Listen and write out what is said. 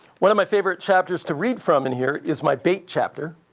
one of my favorite chapters to read from in here is my bait chapter.